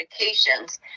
medications